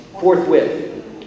forthwith